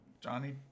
Johnny